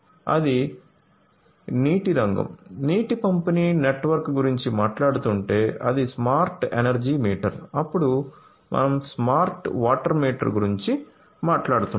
అది నీటి రంగం నీటి పంపిణీ నెట్వర్క్ గురించి మాట్లాడుతుంటే అది స్మార్ట్ ఎనర్జీ మీటర్ అప్పుడు మనం స్మార్ట్ వాటర్ మీటర్ గురించి మాట్లాడుతున్నాం